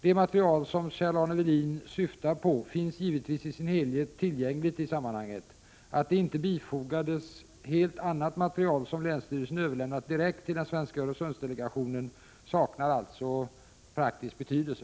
Det material som Kjell-Arne Welin syftar på finns givetvis i sin helhet tillgängligt i sammanhanget. Att det inte bifogades helt annat material som länsstyrelsen överlämnat direkt till svenska Öresundsdelegationen saknar alltså praktisk betydelse.